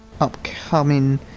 upcoming